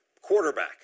quarterback